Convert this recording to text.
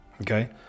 okay